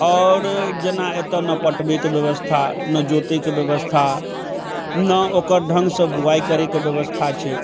आओर जेना एतऽ ने पटबैके व्यवस्था ने जोतैके व्यवस्था ने ओकर ढङ्गसँ बुआइ करैके व्यवस्था छै